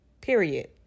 Period